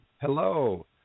Hello